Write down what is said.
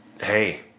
Hey